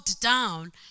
down